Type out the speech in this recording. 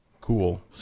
cool